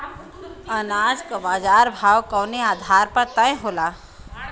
अनाज क बाजार भाव कवने आधार पर तय होला?